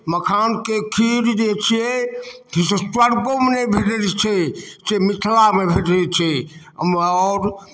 मखानके खीर जे छियै से स्वर्गोमे नहि भेटैत छै से मिथिलामे भेटैत छै आओर